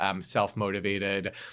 self-motivated